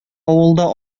авылда